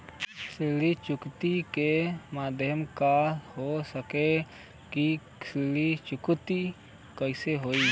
ऋण चुकौती के माध्यम का हो सकेला कि ऋण चुकौती कईसे होई?